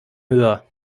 höher